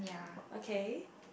okay